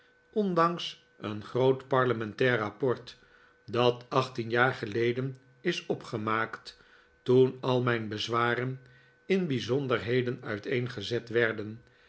ondanks een groot parlements rapport dat achttien jaar geleden is opgemaakt toen al mijn bezwaren in bijzonderheden uiteengezet werden